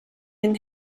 den